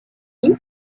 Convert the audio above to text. naît